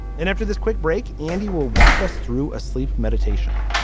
and after this quick break, andy will walk us through a sleep meditation.